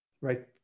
right